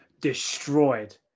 destroyed